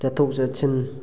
ꯆꯠꯊꯣꯛ ꯆꯠꯁꯤꯟ